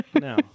No